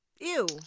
Ew